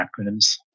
acronyms